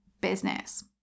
business